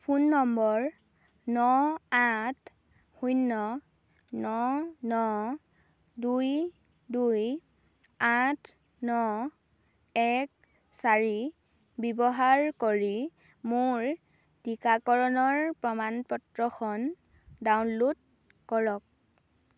phone নম্বৰ ন আঠ শূন্য ন ন দুই দুই আঠ ন এক চাৰি ব্যৱহাৰ কৰি মোৰ টীকাকৰণৰ প্ৰমাণ পত্ৰখন ডাউনলোড কৰক